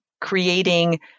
creating